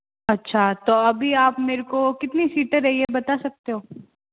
अच्छा तो अभी आप मेरको कितनी सीटें रही है बता सकते हो